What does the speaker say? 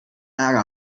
ärger